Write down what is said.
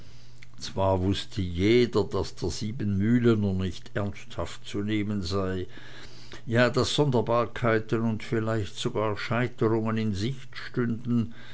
zwar wußte jeder daß der siebenmühlener nicht ernsthaft zu nehmen sei ja daß sonderbarkeiten und vielleicht sogar scheiterungen in sicht stünden